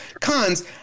Cons